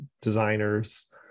designers